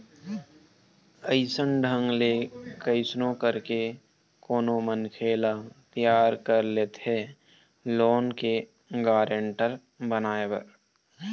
अइसन ढंग ले कइसनो करके कोनो मनखे ल तियार कर लेथे लोन के गारेंटर बनाए बर